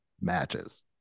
matches